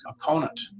opponent